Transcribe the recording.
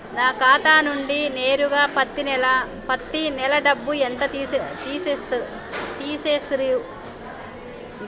నా ఖాతా నుండి నేరుగా పత్తి నెల డబ్బు ఎంత తీసేశిర్రు?